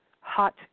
Hot